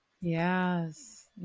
yes